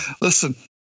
Listen